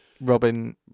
Robin